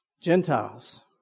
Gentiles